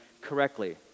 correctly